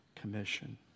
Commission